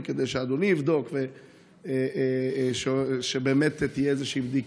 כדי שאדוני יבדוק ושתהיה בדיקה: